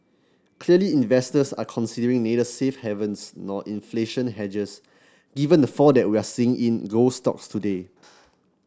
clearly investors are considering neither safe havens nor inflation hedges given the fall that we're seeing in gold stocks today